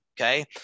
Okay